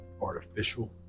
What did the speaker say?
artificial